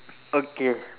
okay